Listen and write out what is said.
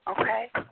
Okay